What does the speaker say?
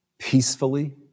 Peacefully